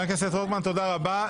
תודה רבה.